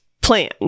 plan